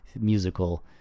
musical